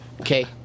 Okay